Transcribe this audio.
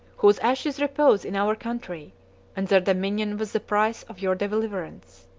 whose ashes repose in our country and their dominion was the price of your deliverance.